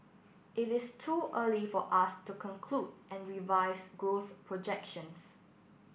it is too early for us to conclude and revise growth projections